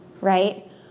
right